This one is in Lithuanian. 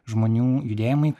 žmonių judėjimai